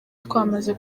twamaze